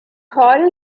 horror